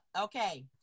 Okay